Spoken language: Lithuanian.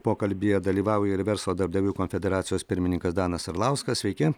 pokalbyje dalyvauja ir verslo darbdavių konfederacijos pirmininkas danas arlauskas sveiki